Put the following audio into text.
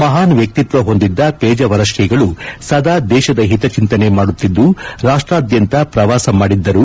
ಮಹಾನ್ ವ್ಯಕ್ತಿತ್ವ ಹೊಂದಿದ್ದ ಪೇಜಾವರ ಶ್ರೀಗಳು ಸದಾ ದೇಶದ ಹಿತಚಿಂತನೆ ಮಾಡುತ್ತಿದ್ದು ರಾಷ್ಟಾದ್ಯಂತ ಪ್ರವಾಸ ಮಾಡಿದ್ದರು